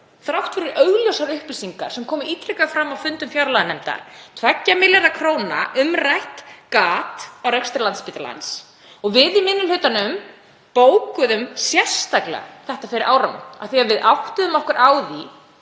þrátt fyrir augljósar upplýsingar sem koma ítrekað fram á fundum fjárlaganefndar, 2 milljarða kr. umrætt gat á rekstri Landspítalans. Við í minni hlutanum bókuðum sérstaklega um þetta fyrir áramót af því að við áttuðum okkur á því